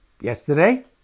Yesterday